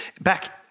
back